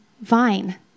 vine